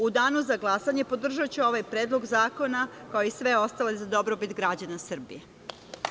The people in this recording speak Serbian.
U danu za glasanje podržaću ovaj predlog zakona, kao i sve ostale, za dobrobit građana Srbije.